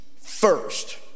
first